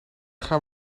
gaan